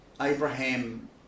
Abraham